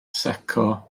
secco